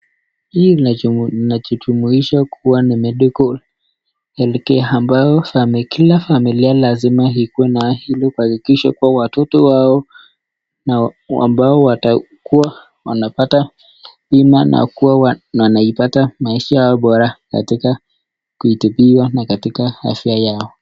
Hii ina jumuisha kuwa ni medical health care ambayo kwa kila familia lazima ikuwe na hilo ili kuhakikisha kuwa watoto wao ambao watakuwa wanapata bima na kuwa wanaipata maisha bora katika kuitibiwa na katika afya yao.